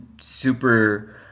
super